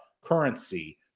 currency